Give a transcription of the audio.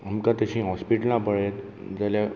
आमकां तशीं हॉस्पिटलां पळेत गेल्यार